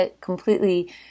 completely